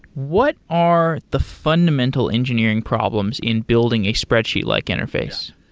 what are the fundamental engineering problems in building a spreadsheet-like interface?